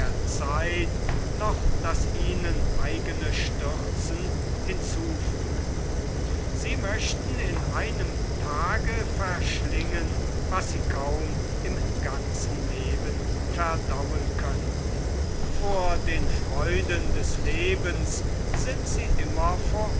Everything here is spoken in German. zeit noch das ihnen eigene stürzen hinzufügen sie möchten in einem tage verschlingen was sie kaum im ganzen leben verdauen könnten vor den freuden des lebens sind sie immer